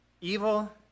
evil